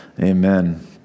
amen